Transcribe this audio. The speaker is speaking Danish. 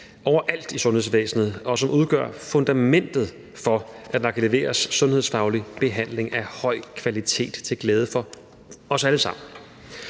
overalt i sundhedsvæsenet, og som udgør fundamentet for, at der kan leveres sundhedsfaglig behandling af høj kvalitet til glæde for os alle sammen.